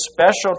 special